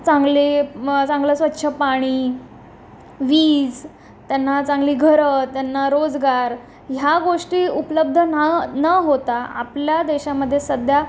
चांगले म चांगलं स्वच्छ पाणी वीज त्यांना चांगली घरं त्यांना रोजगार ह्या गोष्टी उपलब्ध ना न होता आपल्या देशामध्ये सध्या